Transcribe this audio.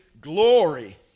glory